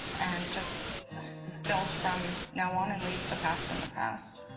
and just build from now on and leave the past in the past.